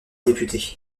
député